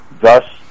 thus